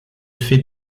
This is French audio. fait